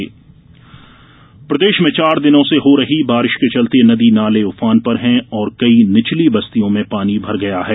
मौसम प्रदेश में चार दिनों से हो रही बारिश के चलते नदी नाले उफान पर हैं और कई निचली बस्तियों में पानी भर गया हैं